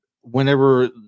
Whenever